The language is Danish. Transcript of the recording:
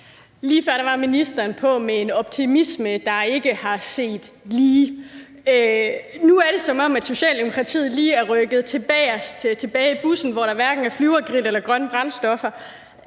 Lige før var ministeren på med en optimisme, der ikke er set lige. Nu er det, som om Socialdemokratiet lige er rykket om bagerst i bussen, hvor vi hverken finder Flyvergrillen eller grønne brændstoffer.